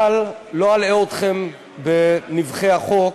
אבל לא אלאה אתכם בנבכי החוק.